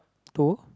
two